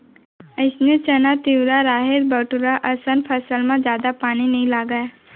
अइसने चना, तिंवरा, राहेर, बटूरा असन फसल म जादा पानी नइ लागय